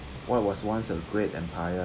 what was once a great empire